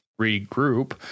regroup